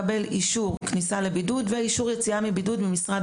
עבור צוותי החינוך וההוראה וגם לקיצור בידודים,